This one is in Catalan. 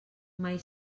mai